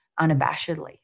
unabashedly